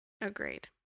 Agreed